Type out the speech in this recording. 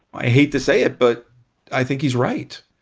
i hate to say it. but i think he's right.